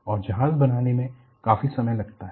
और जहाज बनाने में काफी समय लगता है